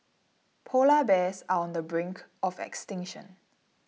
Polar Bears are on the brink of extinction